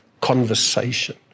conversation